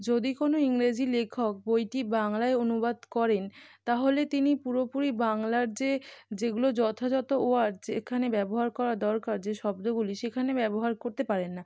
যদি কোনো ইংরেজি লেখক বইটি বাংলায় অনুবাদ করেন তাহলে তিনি পুরোপুরি বাংলার যে যেগুলো যথাযথ ওয়ার্ড যেখানে ব্যবহার করা দরকার যে শব্দগুলি সেখানে ব্যবহার করতে পারেন না